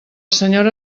senyora